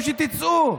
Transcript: או שתצאו.